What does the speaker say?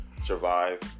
Survive